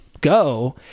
go